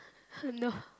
no